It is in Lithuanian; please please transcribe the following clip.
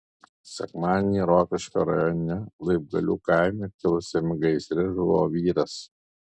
sekmadienį rokiškio rajone laibgalių kaime kilusiame gaisre žuvo vyras